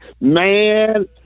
Man